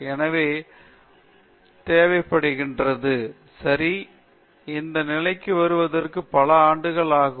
எனவே ஊறவைத்தல் தேவைப்படுகிறது சரி இந்த நிலைக்கு வருவதற்கு பல ஆண்டுகள் ஆகும்